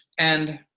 and